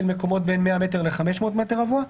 של מקומות בין 100 מטרים ל-500 מטרים רבועים.